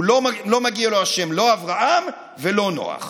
לא מגיע לו לא השם אברהם ולא נח.